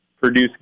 produce